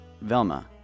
Velma